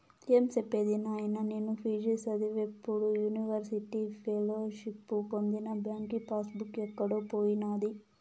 ఏం సెప్పేది నాయినా, నేను పి.జి చదివేప్పుడు యూనివర్సిటీ ఫెలోషిప్పు పొందిన బాంకీ పాస్ బుక్ ఎక్కడో పోయినాది